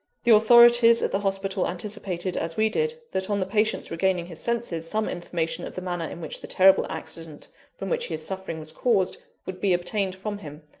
the authorities at the hospital anticipated, as we did, that, on the patient's regaining his senses, some information of the manner in which the terrible accident from which he is suffering was caused, would be obtained from him.